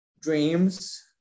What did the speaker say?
dreams